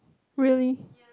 really